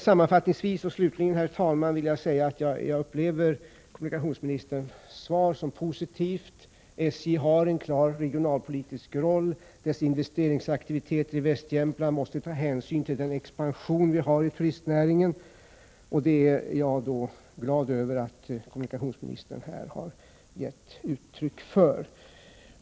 Sammanfattningsvis vill jag säga, herr talman, att jag upplever kommunikationsministerns svar som positivt. SJ har en klar regionalpolitisk roll. Dess investeringsaktiviteter i Västjämtland måste ta hänsyn till den expansion som pågår inom turistnäringen. Jag är glad över att kommunikationsministern här har gett uttryck för detta.